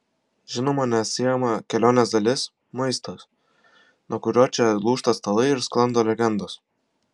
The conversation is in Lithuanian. žinoma neatsiejama kelionės dalis maistas nuo kurio čia lūžta stalai ir sklando legendos